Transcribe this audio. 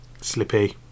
Slippy